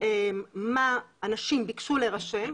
מה אנשים ביקשו להירשם,